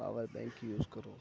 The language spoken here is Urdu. پاور بینک یوز کرو